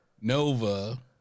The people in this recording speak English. Nova